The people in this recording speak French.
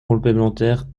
complémentaire